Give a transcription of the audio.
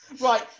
Right